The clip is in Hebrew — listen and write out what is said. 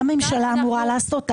מה ממשלה אמורה לעשות?